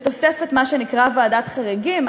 בתוספת מה שנקרא ועדת חריגים.